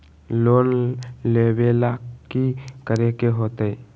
Loan लेवेला की करेके होतई?